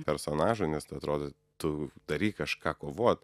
personažų nes nu atrodo tu daryk kažką kovot